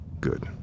Good